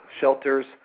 shelters